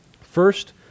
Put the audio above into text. First